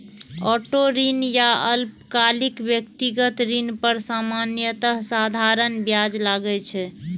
auto ऋण या अल्पकालिक व्यक्तिगत ऋण पर सामान्यतः साधारण ब्याज लागै छै